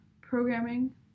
programming